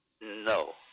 No